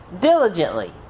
diligently